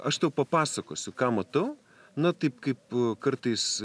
aš tau papasakosiu ką matau na taip kaip kartais